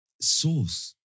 source